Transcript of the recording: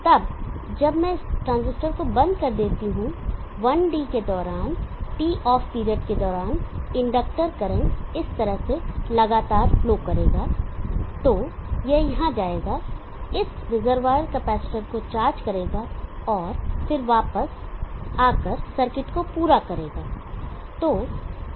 तब जब मैं इस ट्रांजिस्टर को बंद कर देता हूं 1 d के दौरान TOFF पीरियड के दौरान इंडक्शन करंट इस तरह से लगातार फ्लो करेगा तो यह यहां जाएगा इस रिजर्वॉयर कैपेसिटर को चार्ज करेगा और फिर वापस आकर सर्किट को पूरा करेगा